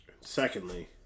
Secondly